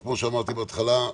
כמו שאמרתי בהתחלה,